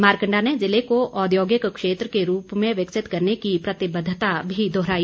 मारकंडा ने जिले को औद्योगिक क्षेत्र में के रूप में विकसित करने की प्रतिबद्धता भी दोहराई